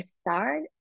start